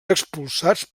expulsats